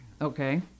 Okay